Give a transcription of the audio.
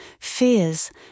fears